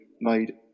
made